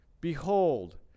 Behold